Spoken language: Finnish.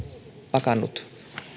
pakannut